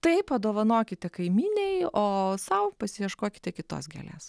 tai padovanokite kaimynei o sau pasiieškokite kitos gėlės